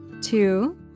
two